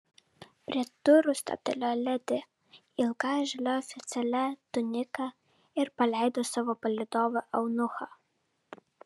prie durų stabtelėjo ledi ilga žalia oficialia tunika ir paleido savo palydovą eunuchą